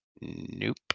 Nope